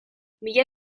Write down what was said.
mila